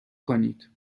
کنید